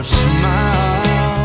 smile